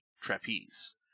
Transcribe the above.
trapeze